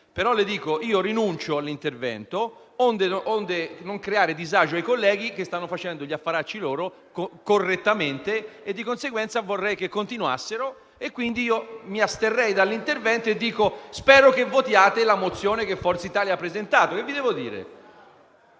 però che rinuncio all'intervento, onde non creare disagio ai colleghi che si stanno facendo gli affari loro - correttamente - e di conseguenza vorrei che continuassero. Quindi, io mi asterrei dal proseguire l'intervento e spero che voterete la mozione che Forza Italia ha presentato.